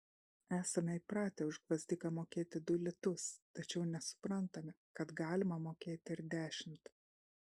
esame įpratę už gvazdiką mokėti du litus tačiau nesuprantame kad galima mokėti ir dešimt